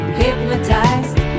hypnotized